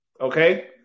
Okay